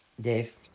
dave